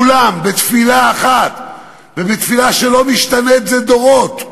כולם בתפילה אחת, בתפילה שלא משתנה זה דורות.